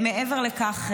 מעבר לכך,